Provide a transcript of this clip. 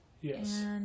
Yes